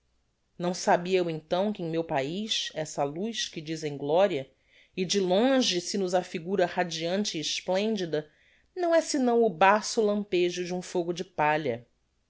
não sabia eu então que em meu paiz essa luz que dizem gloria e de longe se nos affigura radiante e esplendida não é sinão o baço lampejo de um fogo de palha